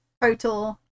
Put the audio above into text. total